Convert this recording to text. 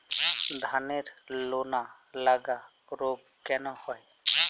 ধানের লোনা লাগা রোগ কেন হয়?